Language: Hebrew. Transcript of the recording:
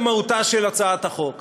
למהותה של הצעת החוק,